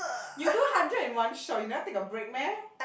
you do hundred in one shot you never take a break meh